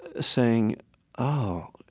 saying oh,